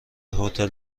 هتل